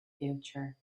future